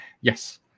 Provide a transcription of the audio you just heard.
yes